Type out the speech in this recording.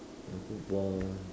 Michael Bond